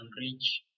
reach